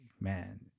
man